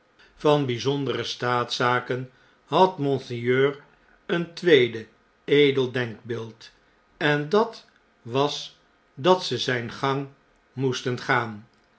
van bijzondere staatszaken had monseigneur een tweede edel denkbeeld en dat was dat ze z ij n gang moesten gaan